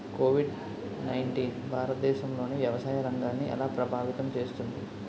Covid nineteen భారతదేశంలోని వ్యవసాయ రంగాన్ని ఎలా ప్రభావితం చేస్తుంది?